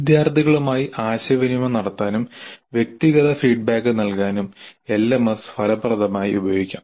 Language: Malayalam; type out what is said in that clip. വിദ്യാർത്ഥികളുമായി ആശയവിനിമയം നടത്താനും വ്യക്തിഗത ഫീഡ്ബാക്ക് നൽകാനും LMS ഫലപ്രദമായി ഉപയോഗിക്കാം